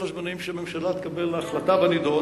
הזמנים שבו הממשלה תקבל החלטה בנדון,